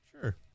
Sure